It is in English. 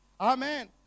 Amen